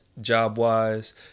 job-wise